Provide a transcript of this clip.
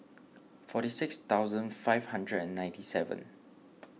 forty six thousand five hundred and ninety seven